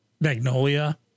Magnolia